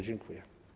Dziękuję.